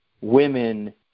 women